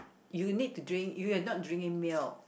you need to drink you're not drinking milk